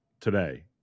today